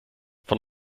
von